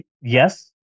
yes